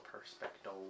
Perspective